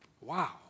Wow